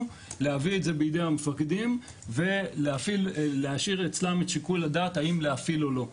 להביא את זה בידי המפקדים ולהשאיר אצלם את שיקול הדעת האם להפעיל או לא.